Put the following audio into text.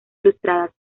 ilustradas